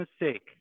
mistake